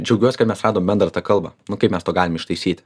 džiaugiuosi kad mes radom bendrą tą kalbą nu kaip mes to galim ištaisyti